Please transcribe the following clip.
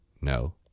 no